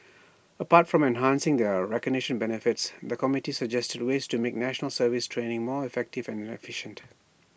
apart from enhancing their recognition benefits the committee suggested ways to make National Service training more effective and efficient